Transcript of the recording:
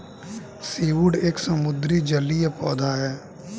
seaweed एक समुद्री जलीय पौधा है